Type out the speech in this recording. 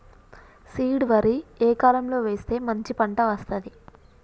Seed వరి ఏ కాలం లో వేస్తే మంచి పంట వస్తది?